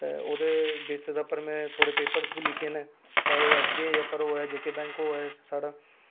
ते ओह्दे बेसिस उप्पर में थोड़े पेपर बी लिखे न चाहे ओह् एस बी आई उप्पर होऐ जे के बैंक होए